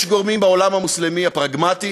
יש גורמים בעולם המוסלמי הפרגמטי,